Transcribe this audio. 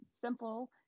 simple